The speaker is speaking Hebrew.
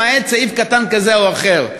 למעט סעיף קטן כזה או אחר.